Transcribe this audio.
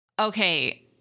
okay